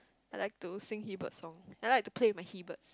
I like to sing he bird song I like to play my he birds